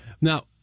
Now